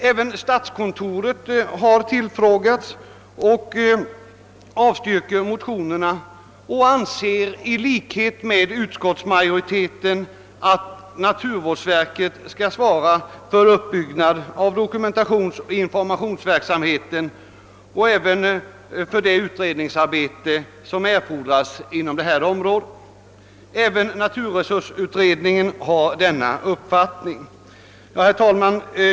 Även statskontoret har tillfrågats och avstyrker motionerna samt anser, i likhet med utskottsmajoriteten, att naturvårdsverket skall svara för uppbyggnad av dokumentationsoch informationsverksamheten och även för det utredningsarbete som erfordras på detta område. Naturresursutredningen har samma uppfattning. Herr talman!